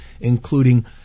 including